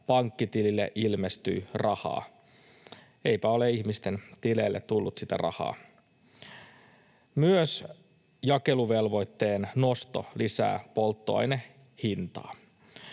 pankkitilille ilmestyy rahaa. Eipä ole ihmisten tileille tullut sitä rahaa. Myös jakeluvelvoitteen nosto lisää polttoaineen hintaa.